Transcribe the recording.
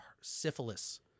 syphilis